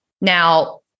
Now